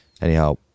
Anyhow